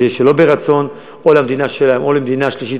זה יהיה שלא ברצון או למדינה שלהם או למדינה שלישית,